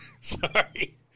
Sorry